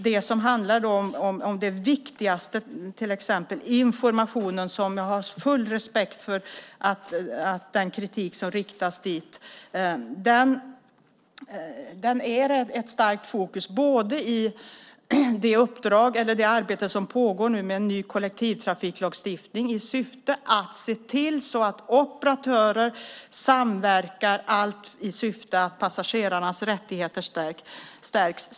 Det viktiga är att stark fokus läggs på informationen - jag har full förståelse för den kritik som riktats där - i det arbete som pågår med en ny kollektivtrafiklagstiftning i syfte att se till att operatörer samverkar för att passagerarnas rättigheter ska stärkas.